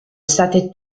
state